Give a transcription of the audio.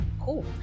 Cool